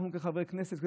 אנחנו כחברי כנסת,